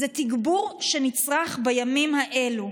זה תגבור שנצרך בימים האלו.